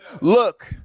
Look